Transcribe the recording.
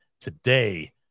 today